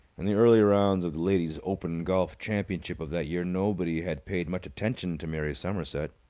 in the early rounds of the ladies' open golf championship of that year nobody had paid much attention to mary somerset.